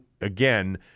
again